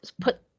put